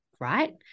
right